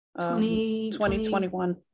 2021